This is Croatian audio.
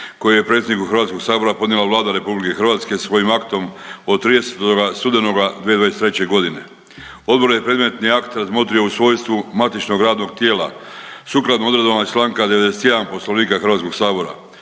koji je predsjedniku HS podnijela Vlada RH svojim aktom od 30. studenoga 2023.g.. Odbor je predmetni akt razmotrio u svojstvu matičnog radnog tijela sukladno odredbama iz čl. 91. Poslovnika HS. Prema